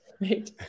right